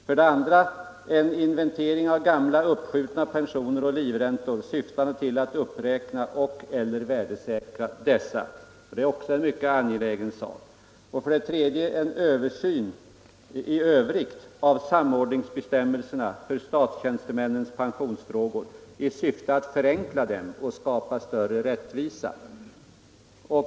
För det andra skall en inventering av gamla uppskjutna pensioner och livräntor göras, syftande till att uppräkna och/eller värdesäkra dessa. Det är också en mycket angelägen sak. För det tredje vill vi ha en översyn i övrigt av samordningsbestämmelserna för statstjänstemännens pensionsfrågor i syfte att förenkla dem och skapa större rättvisa.